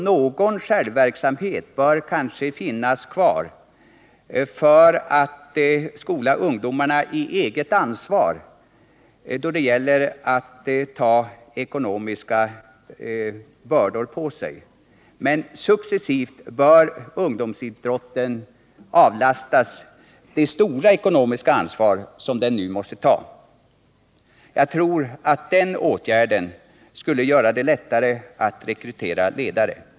Någon självverksamhet bör kanske finnas kvar för att skola ungdomarna i eget ansvar då det gäller att ta på sig ekonomiska bördor. Men successivt bör ungdomsidrotten avlastas det stora ekonomiska ansvar som den nu måste ta. Jag tror att den åtgärden skulle göra det lättare att rekrytera ledare.